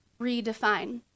redefine